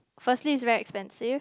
firstly is very expensive